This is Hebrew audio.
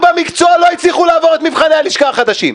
במקצוע לא הצליחו את מבחני הלשכה החדשים?